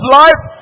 life